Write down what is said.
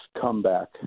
comeback